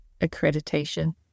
accreditation